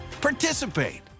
participate